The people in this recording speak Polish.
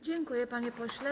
Dziękuję, panie pośle.